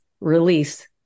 release